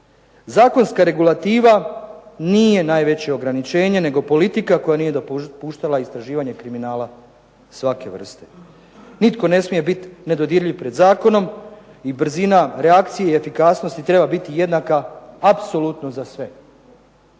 Zakonska regulativa nije najveće ograničenje, nego politika koja nije dopuštala istraživanje kriminala svake vrste. Nitko ne smije biti nedodirljiv pred zakonom i brzina reakcije i efikasnosti treba biti jednaka apsolutno za sve.